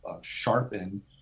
sharpen